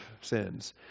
sins